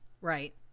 right